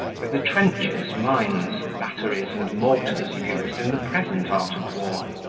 with the trenches, mines, batteries, and mortars used in the present art of war.